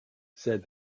said